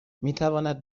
میتواند